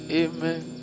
amen